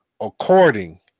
according